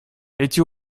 эти